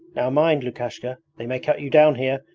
now mind, lukashka they may cut you down here,